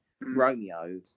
Romeo